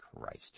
Christ